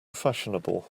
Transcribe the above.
fashionable